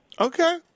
Okay